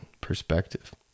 perspective